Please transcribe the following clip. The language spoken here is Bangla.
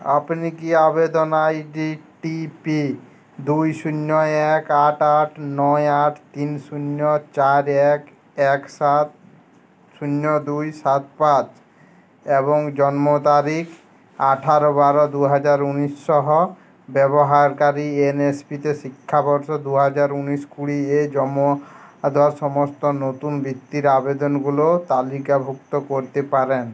আপনি কি আবেদন আইডি টিপি দুই শূন্য এক আট আট নয় আট তিন শূন্য চার এক এক সাত শূন্য দুই সাত পাঁচ এবং জন্ম তারিখ আঠারো বারো দু হাজার উনিশসহ ব্যবহারকারী এনএসপিতে শিক্ষাবর্ষ দু হাজার উনিশ কুড়ি এ জমো দেওয়া সমস্ত নতুন বৃত্তির আবেদনগুলো তালিকাভুক্ত করতে পারেন